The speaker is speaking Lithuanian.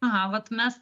aha vat mes